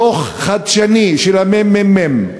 דוח חדשני של הממ"מ,